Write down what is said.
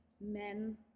men